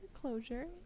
Closure